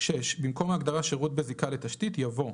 (6)במקום ההגדרה "שירות בזיקה לתשתית" יבוא: